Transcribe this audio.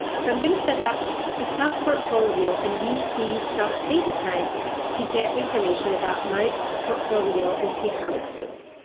so i'm going to set up a stock portfolio and use the stock data type to get information about my portfolio and see how it's doing.